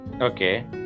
okay